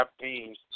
teams